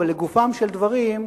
אבל לגופם של דברים,